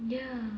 ya